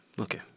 Okay